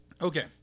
Okay